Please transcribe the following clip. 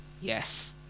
Yes